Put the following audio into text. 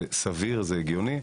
זה סביר וזה הגיוני.